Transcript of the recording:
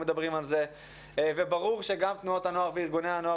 מדברים על זה וברור שגם תנועות הנוער וארגוני הנוער